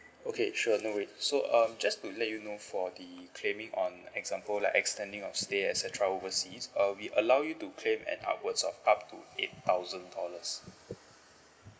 okay sure no worry so um just to let you know for the claiming on example like extending your stay et cetera overseas uh we allow you to claim at outwards of up to eight thousand dollars